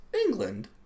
England